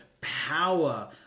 power